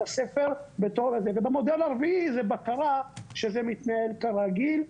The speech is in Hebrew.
הספר ובמודל הרביעי זה בקרה שזה מתנהל כרגיל.